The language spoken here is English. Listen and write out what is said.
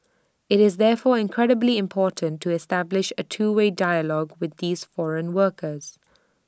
IT is therefore incredibly important to establish A two way dialogue with these foreign workers